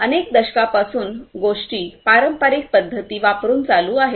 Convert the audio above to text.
अनेक दशकांपासून गोष्टी पारंपारिक पद्धती वापरुन चालू आहेत